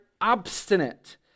obstinate